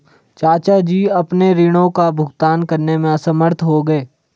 चाचा जी अपने ऋणों का भुगतान करने में असमर्थ हो गए